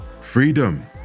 Freedom